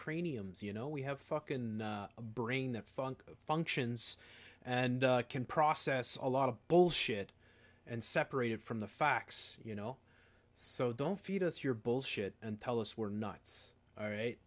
craniums you know we have fuckin brain that funk functions and can process a lot of bullshit and separated from the facts you know so don't feed us your bullshit and tell us we're nuts